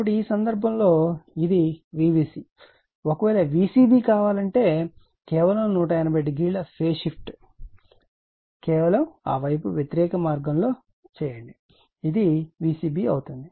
కాబట్టి ఈ సందర్భంలో ఇది Vbc ఒకవేళ Vcb కావాలంటే కేవలం 180o ఫేజ్ షిఫ్ట్ కావాలంటే కేవలం ఆ వైపు వ్యతిరేక మార్గంలో చేయండి ఇది Vcb అవుతుంది